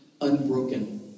Unbroken